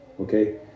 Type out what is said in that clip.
okay